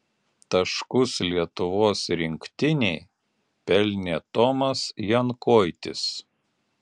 taškus lietuvos rinktinei pelnė tomas jankoitis